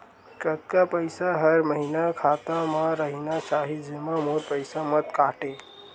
कतका पईसा हर महीना खाता मा रहिना चाही जेमा मोर पईसा मत काटे?